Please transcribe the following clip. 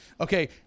Okay